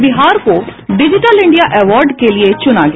और बिहार को digital India award के लिये चुना गया